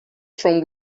from